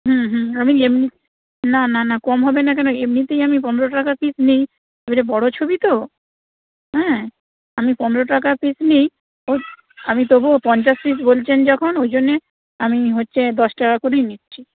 হুম হুম আমি এমনি না না না কম হবে না কেন এমনিতেই আমি পনেরো টাকা পিস নিই এবারে বড় ছবি তো হ্যাঁ আমি পনেরো টাকা পিস নিই তো আমি তবুও পঞ্চাশ পিস বলছেন যখন ওই জন্যে আমি হচ্ছে দশ টাকা করেই নিচ্ছি